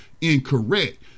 incorrect